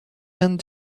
and